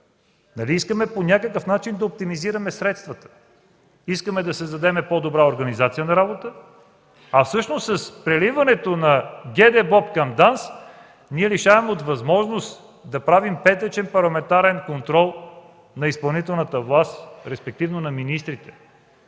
нали искаме по някакъв начин да оптимизираме средствата, да създадем по някакъв начин по-добра организация на работа?! Всъщност с преливането на ГДБОП към ДАНС ние се лишаваме от възможност да правим петъчен парламентарен контрол на изпълнителната власт, респективно на министрите.